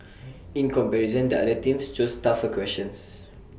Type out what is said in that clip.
in comparison the other teams chose tougher questions